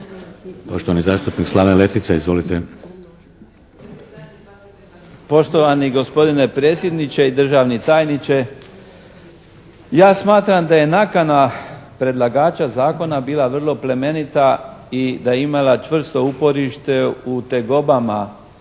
**Letica, Slaven (Nezavisni)** Poštovani gospodine predsjedniče, državni tajniče. Ja smatram da je nakana predlagača Zakona bila vrlo plemenita i da je imala čvrsto uporište u tegobama